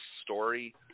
story